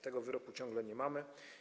Tego wyroku ciągle nie mamy.